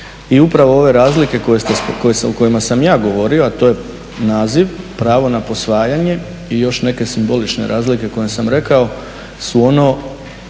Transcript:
I upravo ove razlike o kojima sam ja govorio, a to je naziv, pravo na posvajanje i još neke simbolične razlike koje sam rekao su ono